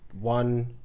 one